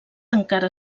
encara